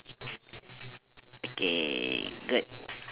okay good